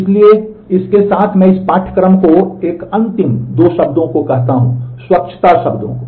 इसलिए इसके साथ मैं इस पाठ्यक्रम को एक अंतिम दो शब्दों को कहता हूं स्वच्छता शब्दों को